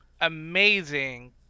amazing